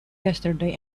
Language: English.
yesterday